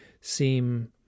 seem